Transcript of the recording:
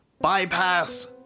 Bypass